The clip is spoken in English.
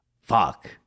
fuck